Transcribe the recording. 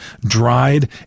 dried